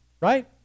right